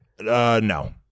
No